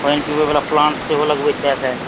पानि पीबै वला प्लान्ट सेहो लगबैत छै आइ काल्हि